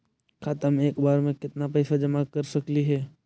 खाता मे एक बार मे केत्ना पैसा जमा कर सकली हे?